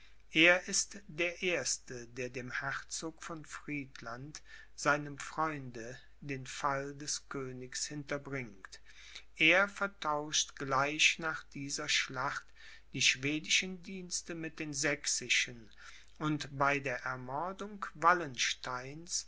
er ist der erste der dem herzog von friedland seinem freunde den fall des königs hinterbringt er vertauscht gleich nach dieser schlacht die schwedischen dienste mit den sächsischen und bei der ermordung